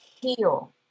heal